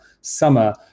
summer